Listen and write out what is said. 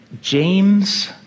James